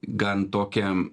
gan tokią